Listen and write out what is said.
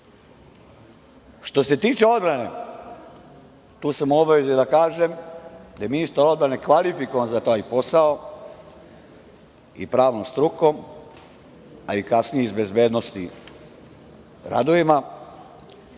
RTS.Što se tiče odbrane, tu sam u obavezi da kažem da je ministar odbrane kvalifikovan za taj posao i pravnom strukom, a kasnije iz bezbednosti, radovima,